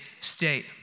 state